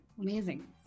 Amazing